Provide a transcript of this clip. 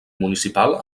municipal